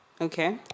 okay